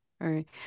right